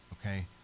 Okay